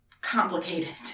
complicated